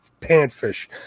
panfish